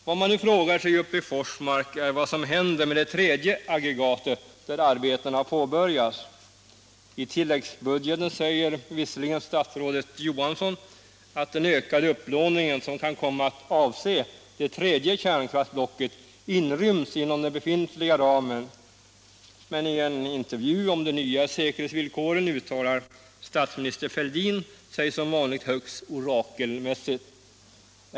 Vad man nu frågar sig uppe i Forsmark är vad som händer med det tredje aggregatet, där arbetena har påbörjats. I tilläggsbudgeten säger visserligen statsrådet Johansson att den ökade upplåning som kan komma att avse det tredje kärnkraftsblocket inryms inom den befintliga ramen, men i en intervju om de nya säkerhetsvillkoren uttalar sig statsminister Fälldin som vanligt högst orakelmässigt.